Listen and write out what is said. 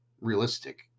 realistic